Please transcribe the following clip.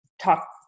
talk